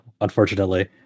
unfortunately